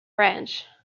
range